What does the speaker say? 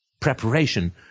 preparation